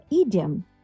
idiom